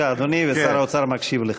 אני מתנצל.